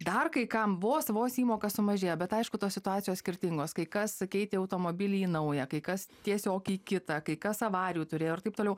dar kai kam vos vos įmoka sumažėjo bet aišku tos situacijos skirtingos kai kas keitė automobilį į naują kai kas tiesiog į kitą kai kas avarijų turėjo ir taip toliau